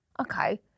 Okay